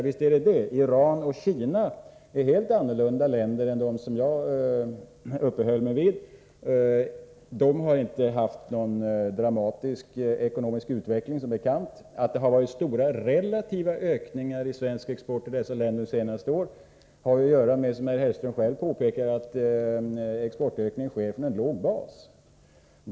Ja, visst — Iran och Kina är helt annorlunda länder än de som jag uppehöll mig vid. De har som bekant inte haft någon dramatisk ekonomisk utveckling. Det förhållandet att det varit stora relativa ökningar i svensk export till dessa länder under de senaste åren har att göra med, som herr Hellström själv påpekade, att exportökningen sker från en låg bas.